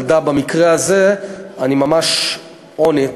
אבל דע, במקרה הזה, אני ממש on it